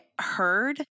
heard